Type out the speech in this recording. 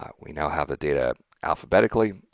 um we now have the data alphabetically,